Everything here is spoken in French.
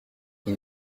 ils